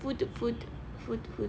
food food food